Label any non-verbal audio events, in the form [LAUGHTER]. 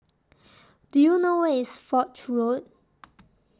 [NOISE] Do YOU know Where IS Foch Road [NOISE]